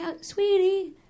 sweetie